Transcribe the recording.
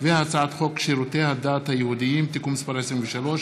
הצעת חוק שירותי הדת היהודיים (תיקון מס' 23)